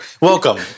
welcome